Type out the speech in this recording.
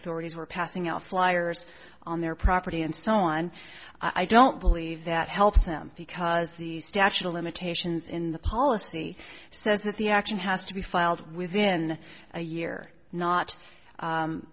authorities were passing out flyers on their property and so on i don't believe that helps them because the statute of limitations in the policy says that the action has to be filed within a year not